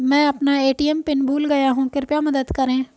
मैं अपना ATM PIN भूल गया हूँ कृपया मदद करें